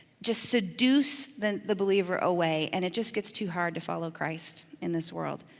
just seduce the the believer away and it just gets too hard to follow christ in this world.